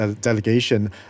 delegation